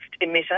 emitter